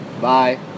Bye